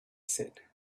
said